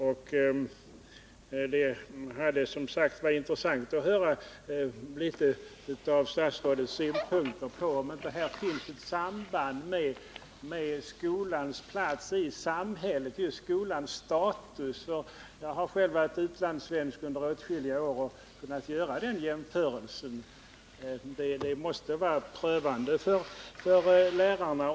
Det skulle, som sagt, vara intressant att höra om statsrådet inte anser att det här kan finnas ett samband med skolans plats i samhället, skolans status. — Själv har jag varit utlandssvensk under åtskilliga år och då kunnat göra jämförelser. — Detta måste vara prövande för lärarna.